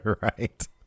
right